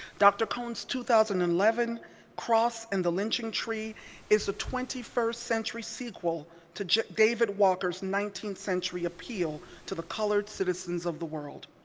dr. cone's two thousand and eleven cross and the lynching tree is a twenty first century sequel to david walker's nineteenth century appeal to the colored citizens of the world.